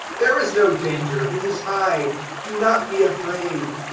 there is no danger it is i do not be afraid.